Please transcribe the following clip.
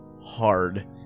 hard